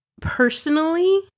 Personally